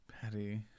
Patty